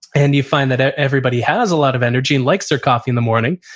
and you find that everybody has a lot of energy and likes their coffee in the morning,